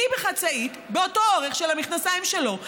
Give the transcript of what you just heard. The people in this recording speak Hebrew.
היא בחצאית באותו אורך של המכנסיים שלו,